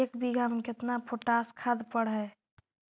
एक बिघा में केतना पोटास खाद पड़ है?